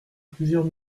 plusieurs